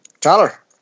Tyler